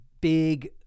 big